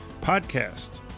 podcast